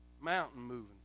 mountain-moving